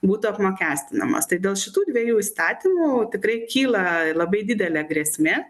būtų apmokestinamos tai dėl šitų dviejų įstatymų tikrai kyla labai didelė grėsmė